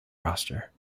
roster